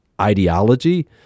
ideology